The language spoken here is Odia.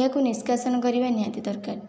ଏହାକୁ ନିଷ୍କାସନ କରିବା ନିହାତି ଦରକାର